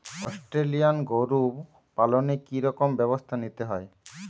Australian গরু পালনে কি রকম ব্যবস্থা নিতে হয়?